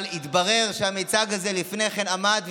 אבל התברר שהמיצג הזה לפני כן עמד,